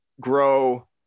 grow